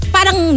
Parang